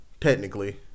Technically